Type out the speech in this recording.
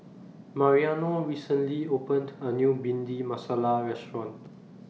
Mariano recently opened A New Bhindi Masala Restaurant